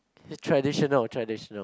traditional traditional